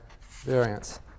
variance